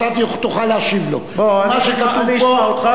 תשמע אותי